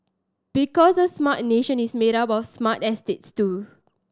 because a smart nation is made up of smart estates too